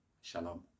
Shalom